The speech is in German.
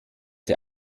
der